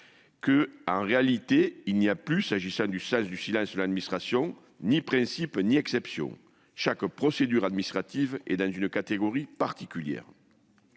qu'en réalité il n'y avait plus, s'agissant du sens du silence de l'administration, ni principe ni exception. Chaque procédure administrative est dans une catégorie particulière.